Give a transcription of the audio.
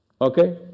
Okay